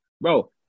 bro